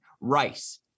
Rice